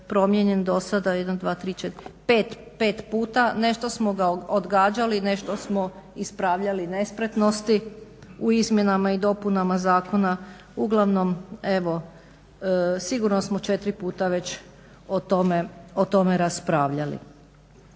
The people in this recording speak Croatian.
promijenjen do sada jedno dva, tri, četiri, pet puta. Nešto smo ga odgađali, nešto smo ispravljali nespretnosti u izmjenama i dopunama zakona uglavnom evo sigurno smo četiri puta već o tome raspravljali.